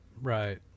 Right